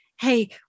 hey